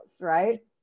right